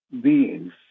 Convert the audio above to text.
beings